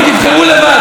תבחרו לבד,